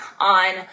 on